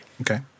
Okay